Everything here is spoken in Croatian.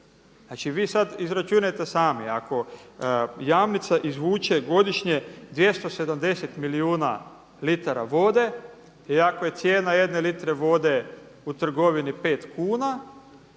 Vi sada izračunajte sami, ako Jamnica izvuče godišnje 270 milijuna litara vode i ako je cijena litre vode u trgovini pet kuna